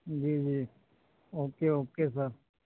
جی جی okay okay سر